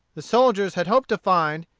the soldiers had hoped to find,